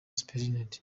supt